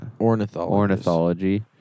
Ornithology